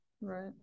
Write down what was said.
Right